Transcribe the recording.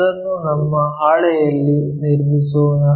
ಅದನ್ನು ನಮ್ಮ ಹಾಳೆಯಲ್ಲಿ ನಿರ್ಮಿಸೋಣ